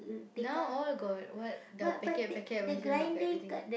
now all got what the packet packet version of everything